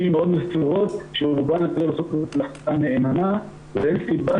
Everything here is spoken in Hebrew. מאוד מסורות שרובן הגדול עושות את מלאכתן נאמנה ואין סיבה